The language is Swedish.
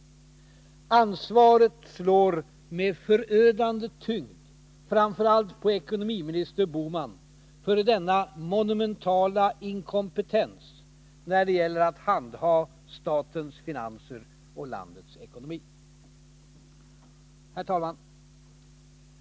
Ansvaret slår med förödande tyngd framför allt på ekonomiminister Bohman för denna monumentala inkompetens när det gäller att handha statens finanser och landets ekonomi. Fru talman!